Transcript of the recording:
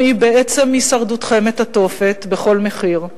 היא בעצם הישרדותכם את התופת בכל מחיר.